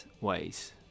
ways